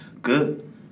Good